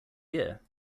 year